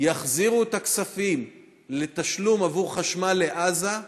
יחזירו את הכספים לתשלום עבור חשמל לעזה,